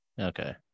Okay